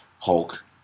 Hulk